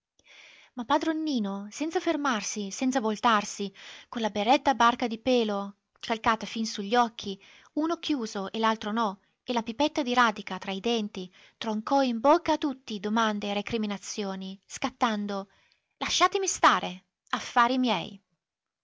ma padron nino senza fermarsi senza voltarsi con la berretta a barca di pelo calcata fin su gli occhi uno chiuso e l'altro no e la pipetta di radica tra i denti troncò in bocca a tutti domande e recriminazioni scattando lasciatemi stare affari miei